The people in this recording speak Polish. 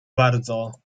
bardzo